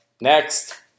next